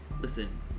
listen